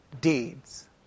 deeds